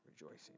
rejoicing